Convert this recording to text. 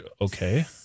Okay